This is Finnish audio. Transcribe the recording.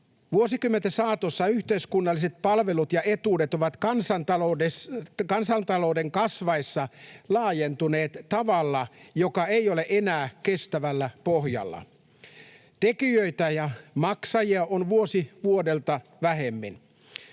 Vuosikymmenten saatossa yhteiskunnalliset palvelut ja etuudet ovat kansantalouden kasvaessa laajentuneet tavalla, joka ei ole enää kestävällä pohjalla. Tekijöitä ja maksajia on vuosi vuodelta vähemmän.